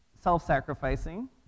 self-sacrificing